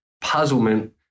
puzzlement